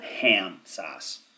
ham-sauce